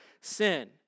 sin